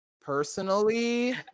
personally